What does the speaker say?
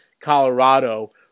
Colorado